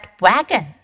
wagon